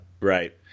Right